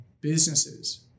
businesses